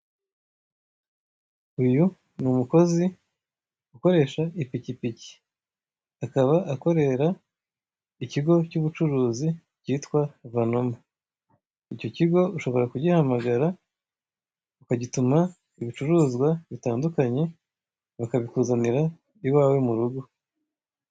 Uyu ni umukozi ukoresha ipikipiki, akaba akorera ikigo cy'ubucuruzi cyitwa Vanoma, icyo kigo ushobora kugihamara ukagituma ibicuruzwa bitandukanye, bakabikuzanira iwawe mu rugo.